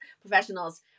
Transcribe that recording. professionals